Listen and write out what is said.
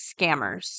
scammers